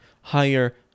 higher